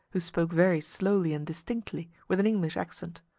who spoke very slowly and distinctly, with an english accent.